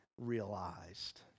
realized